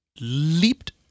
leaped